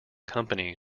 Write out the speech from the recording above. company